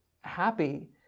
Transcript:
happy